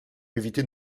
éviter